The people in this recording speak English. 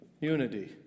unity